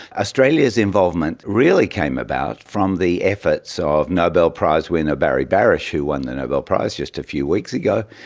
australia's involvement really came about from the efforts ah of nobel prize-winner barry barish who won the nobel prize just a few weeks ago.